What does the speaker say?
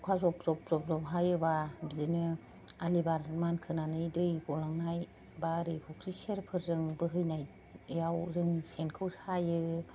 अखा जब जब जब हायोब्ला बिदिनो आलि बार मानखोनानै दैखौ गलांनाय एबा ओरै फुख्रि दै सेरफोरजों बोहैनायाव जों सेनखौ सायो